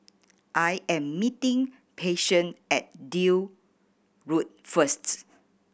I am meeting Patience at Deal Road first